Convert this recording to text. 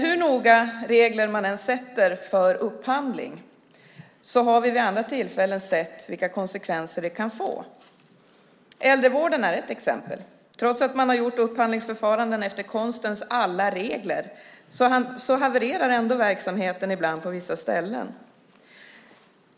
Hur noga regler man än sätter för upphandling har vi vid andra tillfällen sett vilka konsekvenser det kan få. Äldrevården är ett exempel. Trots att man har gjort upphandlingsförfaranden efter konstens alla regler havererar ändå verksamheten ibland på vissa ställen.